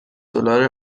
دلار